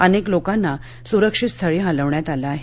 अनेक लोकांना सुरक्षित स्थळी हलवण्यात आलं आहे